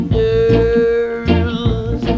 girls